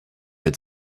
had